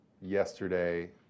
yesterday